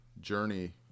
journey